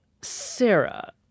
Sarah